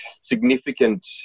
significant